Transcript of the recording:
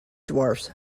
dwarves